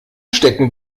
stecken